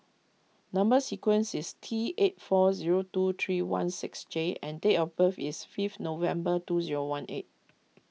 Number Sequence is T eight four zero two three one six J and date of birth is fifth November two zero one eight